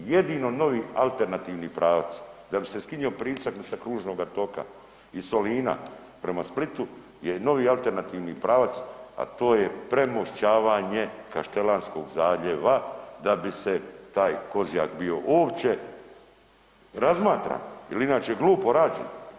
Jedino novi alternativni pravac da bi se skinio pritisak sa kružnoga toka iz Solina prema Splitu je novi alternativni pravac, a to je premošćavanje Kaštelanskog zaljeva da bi se taj Kozjak bio uopće razmatran, jer inače glupo rađen.